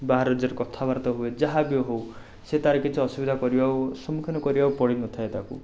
ବାହାର ରାଜ୍ୟରେ କଥାବାର୍ତ୍ତା ହୁଏ ଯାହାବି ହେଉ ସିଏ ତାର କିଛି ଅସୁବିଧା କରିବାକୁ ସମ୍ମୁଖୀନ କରିବାକୁ ପଡ଼ିନଥାଏ ତାକୁ